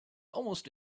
almost